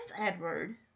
Edward